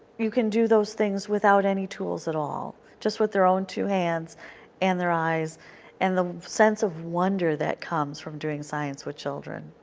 you can do those things without any tools at all, just with their own two hands and their eyes and the sense of wonder that comes from doing science with children.